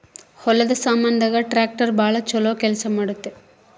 ಹೊಲದ ಸಾಮಾನ್ ದಾಗ ಟ್ರಾಕ್ಟರ್ ಬಾಳ ಚೊಲೊ ಕೇಲ್ಸ ಮಾಡುತ್ತ